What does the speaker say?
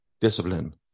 discipline